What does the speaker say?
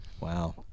Wow